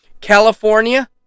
California